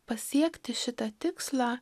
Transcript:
pasiekti šitą tikslą